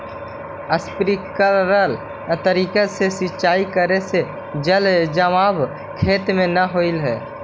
sprinkler तरीका से सिंचाई करे से जल जमाव खेत में न होवऽ हइ